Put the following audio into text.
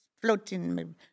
floating